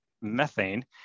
methane